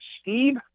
Steve